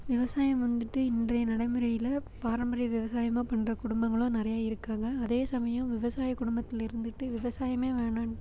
விவசாயம் வந்துட்டு இன்றைய நடைமுறையில் பாரம்பரிய விவசாயமாக பண்ணுற குடும்பங்களும் நிறைய இருக்காங்கள் அதே சமயம் விவசாய குடும்பத்தில் இருந்துட்டு விவசாயமே வேணாம்னு